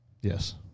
Yes